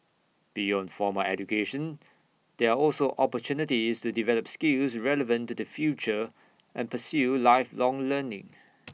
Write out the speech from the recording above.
beyond formal education there are also opportunities to develop skills relevant to the future and pursue lifelong learning